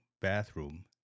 bathroom